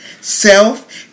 self